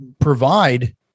provide